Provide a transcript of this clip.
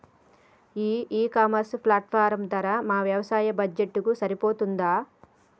ఈ e commerce platform ధర మా వ్యవసాయ బడ్జెట్ కు సరిపోతుందా?